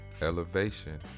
elevation